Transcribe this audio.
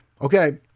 okay